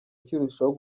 kirushaho